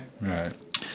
right